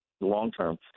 long-term